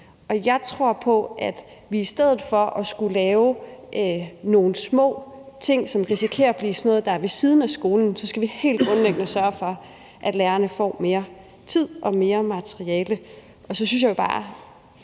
Jeg tror på, at vi i stedet for at skulle lave nogle små ting, som risikerer at blive sådan noget, der er ved siden af skolen, skal vi helt grundlæggende sørge for, at lærerne får mere tid og flere materialer.